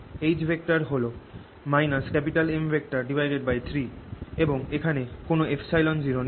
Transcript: H হল M3 এবং এখানে কোন 0 নেই